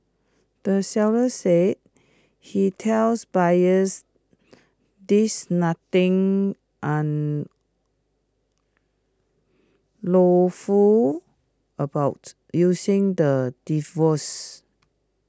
the seller said he tells buyers there's nothing unlawful about using the devices